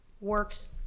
works